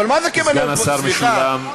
אבל מה זה, סגן השר משולם נהרי.